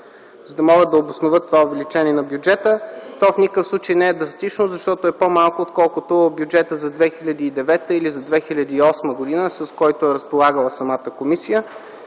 за да могат да обосноват това увеличение на бюджета. То в никакъв случай не е драстично, защото е по-малко, отколкото в бюджета за 2009 г. или за 2008 г., с който е разполагала самата комисия.